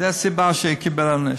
זאת הסיבה שהוא קיבל עונש.